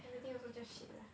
everything also just shit lah